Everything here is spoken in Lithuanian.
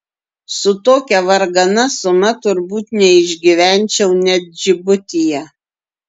su tokia vargana suma turbūt neišgyvenčiau net džibutyje